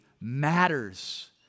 matters